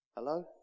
hello